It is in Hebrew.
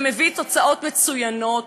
ומביא תוצאות מצוינות,